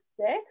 Six